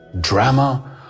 drama